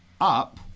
up